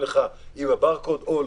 בודקים את הברקוד או,